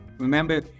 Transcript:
Remember